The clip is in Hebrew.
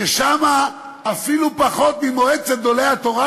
ששם אפילו פחות ממועצת גדולי התורה,